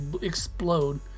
explode